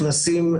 בלי לצאת להפסקה,